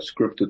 scripted